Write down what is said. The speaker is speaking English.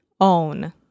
Own